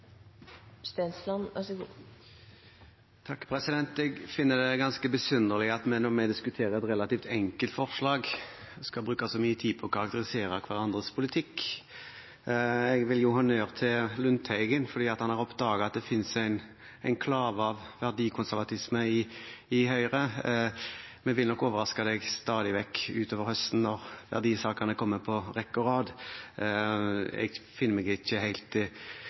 skal bruke så mye tid på å karakterisere hverandres politikk. Jeg vil gi honnør til Lundteigen for at han har oppdaget at det finnes en enklave av verdikonservatisme i Høyre. Vi vil nok overraske representanten stadig vekk utover høsten når verdisakene kommer på rekke og rad. Jeg finner meg ikke helt i